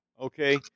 Okay